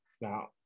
Now